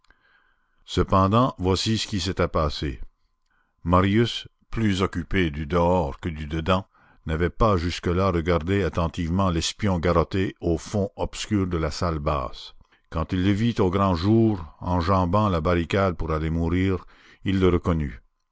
cependant voici ce qui s'était passé marius plus occupé du dehors que du dedans n'avait pas jusque-là regardé attentivement l'espion garrotté au fond obscur de la salle basse quand il le vit au grand jour enjambant la barricade pour aller mourir il le reconnut